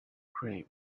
great